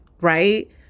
right